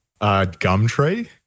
Gumtree